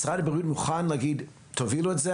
האם משרד הבריאות מוכן להגיד- תובילו את זה,